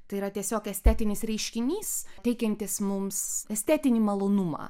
tai yra tiesiog estetinis reiškinys teikiantis mums estetinį malonumą